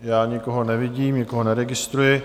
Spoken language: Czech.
Já nikoho nevidím, nikoho neregistruji.